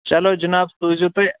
چلو جناب سوٗزیوٗ تُہۍ